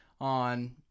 on